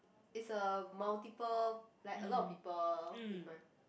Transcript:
is a multiple like a lot of people